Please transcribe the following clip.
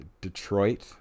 Detroit